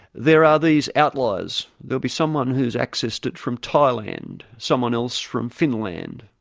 there are these outliers. there will be someone who's accessed it from thailand, someone else from finland,